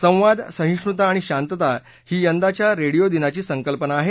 संवाद सहिष्णुता आणि शांतता ही यंदाच्या रेडियो दिनाची संकल्पना आहे